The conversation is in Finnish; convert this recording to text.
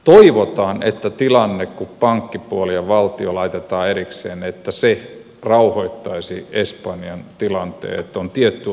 toivotaan että tilanne kun pankkipuoli ja valtio laitetaan erikseen rauhoittaisi espanjan tilanteen että on tietty ongelma poissa